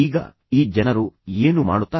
ಈಗ ಈ ಜನರು ಏನು ಮಾಡುತ್ತಾರೆ